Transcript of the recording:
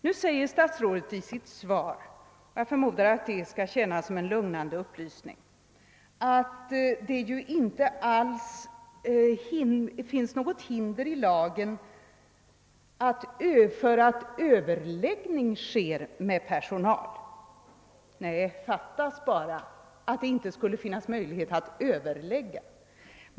Statsrådet säger i sitt svar — jag förmodar att det är avsett att vara en lugnande upplysning — att det ju inte alls finns något hinder i lagen för att överläggning sker med personalen. Nej, fattas bara att det inte skulle finnas möjlighet att överlägga.